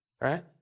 right